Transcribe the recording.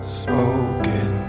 spoken